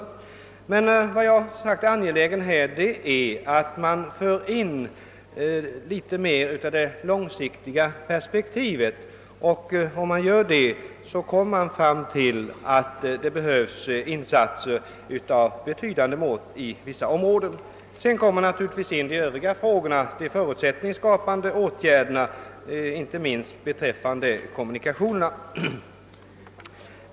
Jag kan inte riktigt utläsa detta ur svaret. Jag är som sagt angelä gen om att det något mera långsiktiga perspektivet tillämpas, och görs detta kommer man fram till att det behövs insatser av betydande mått inom vissa områden. Man måste givetvis också räkna med förutsättningsskapande åtgärder, inte minst då det gäller kommunikationerna.